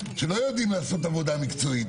שלא יודעים לעשות עבודה מקצועית.